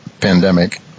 pandemic